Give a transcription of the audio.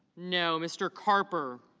no. mr. carper